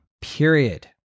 period